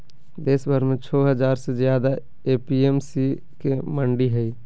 देशभर में छो हजार से ज्यादे ए.पी.एम.सी के मंडि हई